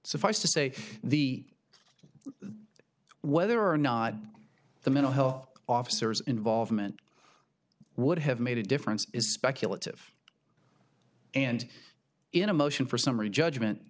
suffice to say the whether or not the mental health officers involvement would have made a difference is speculative and in a motion for s